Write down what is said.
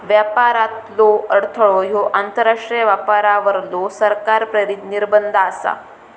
व्यापारातलो अडथळो ह्यो आंतरराष्ट्रीय व्यापारावरलो सरकार प्रेरित निर्बंध आसा